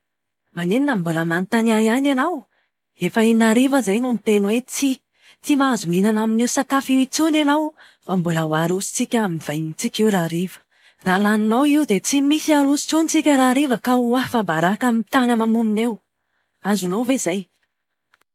Maninona no mbola manontany ahy ianao? Efa in’arivo aho izay no niteny hoe tsia! Tsy mahazo mihinana amin'io sakafo io intsony ianao fa mbola ho arosontsika amin'ny vahinintsika io rahariva. Raha laninao dia tsy misy aroso intsony tsika rahariva ka ho afa-baraka amin'ny tany ama-monina eo! Azonao izay?